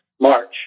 March